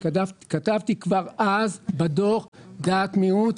כתבתי כבר אז בדוח דעת מיעוט,